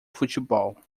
futebol